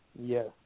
Yes